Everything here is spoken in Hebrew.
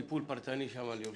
טיפול פרטני שם.